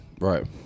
Right